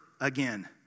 again